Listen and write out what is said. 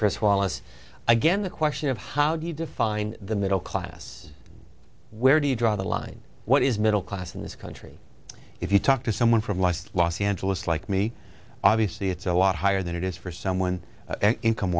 chris wallace again the question of how do you define the middle class where do you draw the line what is middle class in this country if you talk to someone from life los angeles like me obviously it's a lot higher than it is for someone income